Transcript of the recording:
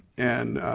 and,